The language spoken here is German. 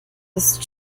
ist